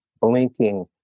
blinking